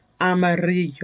Amarillo